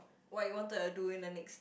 what you want to do in the next